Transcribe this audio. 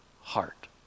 heart